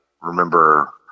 remember